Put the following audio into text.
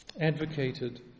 advocated